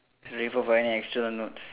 ready for finding extra notes